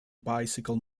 bicycle